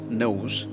knows